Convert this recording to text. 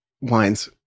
wines